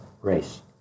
race